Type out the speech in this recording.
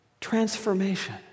Transformation